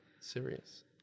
serious